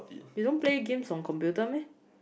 you don't play games on computer meh